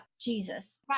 Jesus